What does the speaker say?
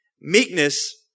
Meekness